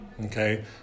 okay